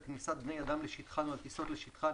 כניסת בני אדם לשטחן או על טיסות לשטחן,